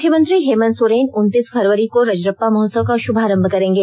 मुख्यमंत्री हेमंत सोरेन उन्तीस फरवरी को रजरप्पा महोत्सव का शुभारंभ करेंगे